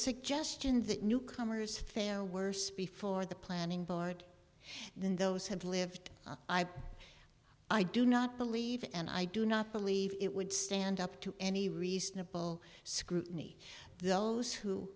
suggestion that newcomers fare worse before the planning board than those have lived i do not believe and i do not believe it would stand up to any reasonable scrutiny those who